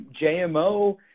JMO